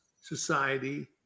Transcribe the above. society